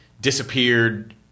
disappeared